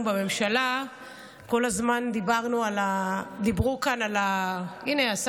בממשלה כל הזמן דיברו כאן על הנורבגים.